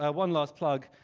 ah one last plug.